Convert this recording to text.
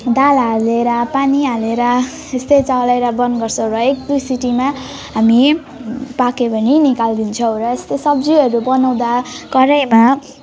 दाल हालेर पानी हालेर यस्तै चलाएर बन्द गर्छौँ है र एक दुई सिटीमा हामी पाक्यो भने निकालिदिन्छौँ र यस्तै सब्जीहरू बनाउँदा कराहीमा